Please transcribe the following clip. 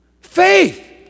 faith